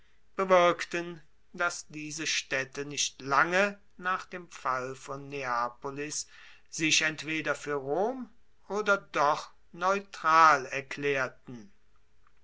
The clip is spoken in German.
bewirkten dass diese staedte nicht lange nach dem fall von neapolis sich entweder fuer rom oder doch neutral erklaerten